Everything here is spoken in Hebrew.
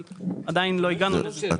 עדיין לא הגענו לזה.